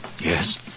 Yes